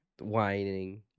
whining